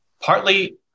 partly